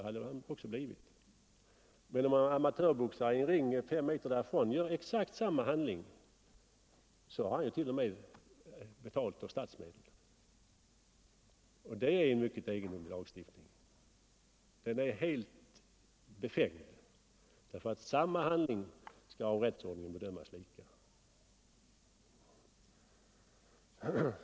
Men om en amatörboxare i en boxningsring några meter därifrån utför exakt samma handling, så får han t.o.m. betalt av statsmedel för det, och det är en mycket egendomlig för att inte säga befängd lagstiftning.